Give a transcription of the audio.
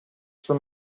from